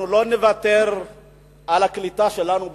אני רוצה לבוא ולהגיד: אנחנו לא נוותר על הקליטה שלנו בישראל.